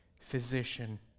physician